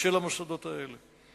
של מוסדות אלה.